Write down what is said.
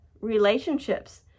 relationships